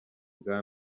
bwa